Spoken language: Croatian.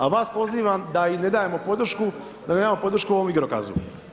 A vas pozivam da im ne dajemo podršku, da ne dajemo podršku ovom igrokazu.